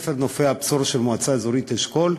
לבית-הספר "נופי הבשור" של מועצה אזורית אשכול.